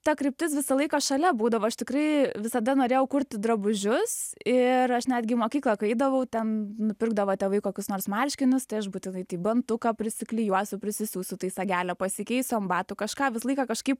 ta kryptis visą laiką šalia būdavo aš tikrai visada norėjau kurti drabužius ir aš netgi į mokyklą kai eidavau ten nupirkdavo tėvai kokius nors marškinius tai aš būtinai tai bantuką prisiklijuosiu prisiūsiu tai sagelę pasikeisiu an batų kažką visą laiką kažkaip